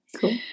Cool